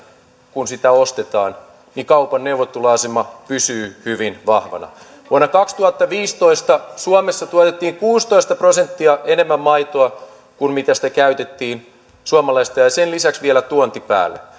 kuin sitä ostetaan kaupan neuvotteluasema pysyy hyvin vahvana vuonna kaksituhattaviisitoista suomessa tuotettiin kuusitoista prosenttia enemmän suomalaista maitoa kuin sitä käytettiin ja sen lisäksi vielä tuonti päälle